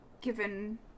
given